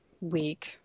week